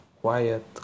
quiet